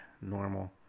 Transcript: normal